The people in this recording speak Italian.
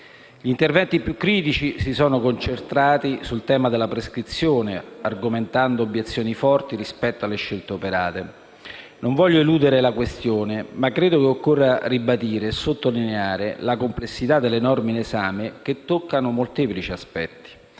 Gli interventi più critici si sono concentrati sul tema della prescrizione argomentando obiezioni forti rispetto alle scelte operate. Non voglio eludere la questione, ma credo occorra ribadire e sottolineare la complessità delle norme in esame che toccano molteplici aspetti.